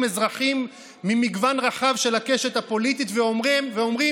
אזרחים ממגוון רחב של הקשת הפוליטית ואומרים: